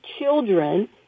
children